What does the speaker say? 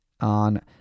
on